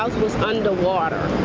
under water.